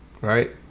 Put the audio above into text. right